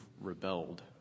rebelled